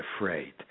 afraid